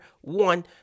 one